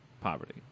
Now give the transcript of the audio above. poverty